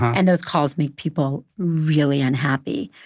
and those calls make people really unhappy.